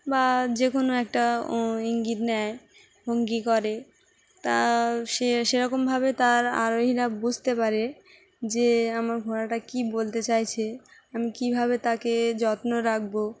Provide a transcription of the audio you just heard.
বা যে কোনো একটা ইঙ্গিত নেয় ভঙ্গি করে তা সে সেরকমভাবে তার আরোহীরা বুঝতে পারে যে আমার ঘোড়াটা কী বলতে চাইছে আমি কীভাবে তাকে যত্ন রাখবো